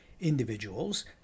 individuals